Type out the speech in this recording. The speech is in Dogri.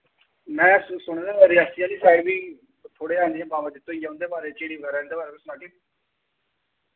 में सुने दा रियासी आह्ली साइड बी थोह्ड़े हैन जि'यां बाबा जित्तो होई आ उं'दे बारै झिड़ी बगैरा उं'दे बारै सनागे